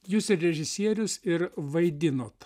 jūs režisierius ir vaidinot